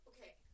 Okay